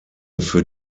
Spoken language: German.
für